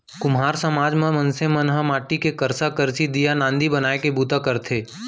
कुम्हार समाज म मनसे मन ह माटी के करसा, करसी, दीया, नांदी बनाए के बूता करथे